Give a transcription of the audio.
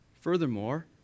Furthermore